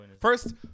First